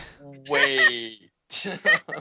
Wait